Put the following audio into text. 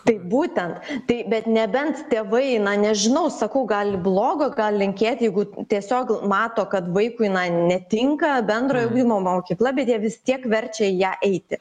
tai būtent tai bet nebent tėvai na nežinau sakau gali blogo linkėti jeigu tiesiog mato kad vaikui netinka bendrojo ugdymo mokykla bet jie vis tiek verčia į ją eiti